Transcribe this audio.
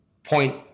point